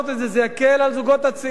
זה יקל על הזוגות הצעירים.